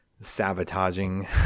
sabotaging